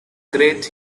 great